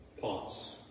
Pause